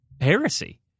Heresy